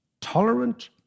tolerant